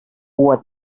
what